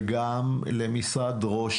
אבל אני חושב שאם נסתכל על הנתונים דווקא בטייבה,